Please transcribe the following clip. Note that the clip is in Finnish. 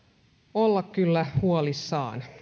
olla kyllä huolissaan